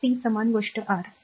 तर ती समान गोष्ट R